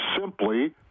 simply